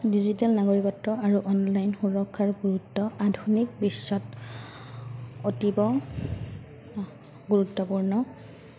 digital নাগৰিকত্ব আৰু online সুৰক্ষাৰ গুৰুত্ব আধুনিক বিশ্বত অতিৱ গুৰুত্বপূৰ্ণ